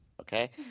okay